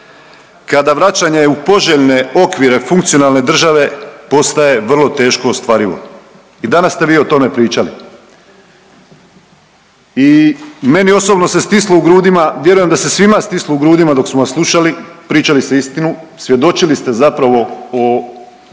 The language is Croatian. kada vraćanje u poželjne okvire funkcionalne države postaje vrlo teško ostvarivo. I danas ste vi o tome pričali. I meni osobno se stislo u grudima, vjerujem da se svima stislo u grudima dok smo vas slušali, pričali ste istinu, svjedočili ste zapravo o